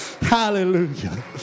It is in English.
Hallelujah